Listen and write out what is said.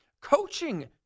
coaching